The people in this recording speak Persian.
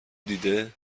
دیده